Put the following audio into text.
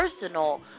personal